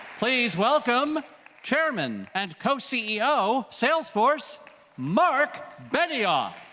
please welcome chairman and co-ceo salesforce marc benioff.